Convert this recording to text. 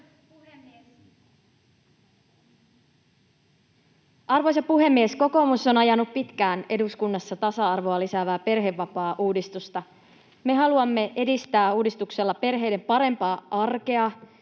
Arvoisa puhemies! Kokoomus on ajanut pitkään eduskunnassa tasa-arvoa lisäävää perhevapaauudistusta. Me haluamme edistää uudistuksella perheiden parempaa arkea,